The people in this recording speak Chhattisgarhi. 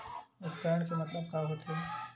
उपकरण के मतलब का होथे?